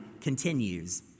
continues